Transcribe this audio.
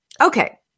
Okay